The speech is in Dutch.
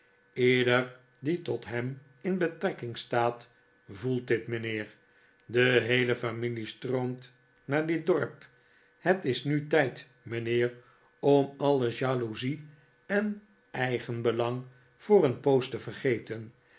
ieder die tot hem in betrekking staat voelt dit mijnheer de heele familie strbomt naar dit dorp het is nu tijd mijnheer om alle jaloezie en eigenbelang voor een poos te vergeten